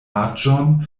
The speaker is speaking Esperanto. aĝon